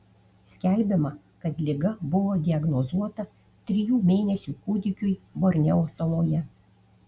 skelbiama kad liga buvo diagnozuota trijų mėnesių kūdikiui borneo saloje